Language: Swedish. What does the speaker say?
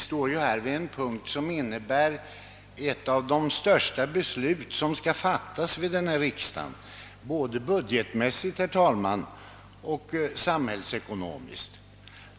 Herr talman! Vi står här inför ett av de både budgetmässigt och samhällsekonomiskt största beslut som skall fattas vid denna riksdag.